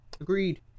Agreed